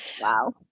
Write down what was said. Wow